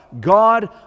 God